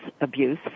abuse